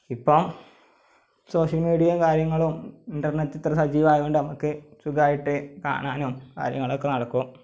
ഇപ്പം സോഷ്യല് മീഡിയയും കാര്യങ്ങളും ഇന്റര്നെറ്റ് ഇത്ര സജീവമായതുകൊണ്ട് നമ്മൾക്ക് സുഖമായിട്ട് കാണാനും കാര്യങ്ങളൊക്കെ നടക്കും